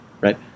right